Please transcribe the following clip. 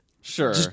sure